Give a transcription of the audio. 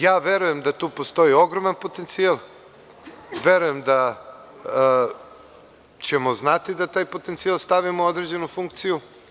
Ja verujem da tu postoji ogroman potencijal i verujem da ćemo znati da taj potencijal stavimo u određenu funkciju.